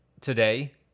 today